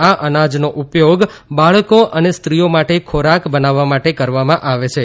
આ અનાજનો ઉપયોગ બાળકો અને ીઓ માટે ખોરાક બનાવવા માટે કરવામાં આવે છે